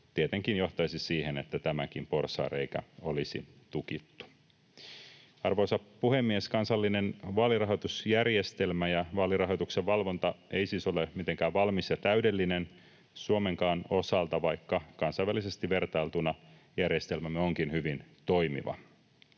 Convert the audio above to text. tietenkin johtaisi siihen, että tämäkin porsaanreikä olisi tukittu. Arvoisa puhemies! Kansallinen vaalirahoitusjärjestelmä ja vaalirahoituksen valvonta ei siis ole mitenkään valmis ja täydellinen Suomenkaan osalta, vaikka kansainvälisesti vertailtuna järjestelmämme onkin hyvin toimiva.